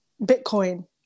Bitcoin